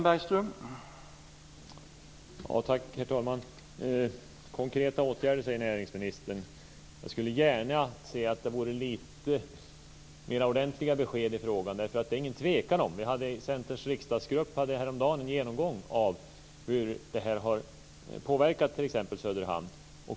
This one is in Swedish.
Herr talman! Tack för det. Näringsministern talar om konkreta åtgärder. Jag skulle gärna se lite mer ordentliga besked i frågan. Centerpartiets riksdagsgrupp hade häromdagen en genomgång av hur det här har påverkat t.ex. Söderhamn.